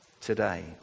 today